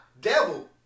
devil